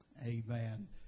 Amen